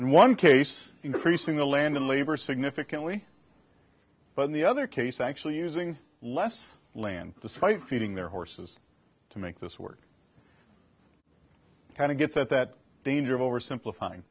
and one case increasing the land in labor significantly but in the other case actually using less land despite feeding their horses to make this work kind of gets at that danger of oversimplifying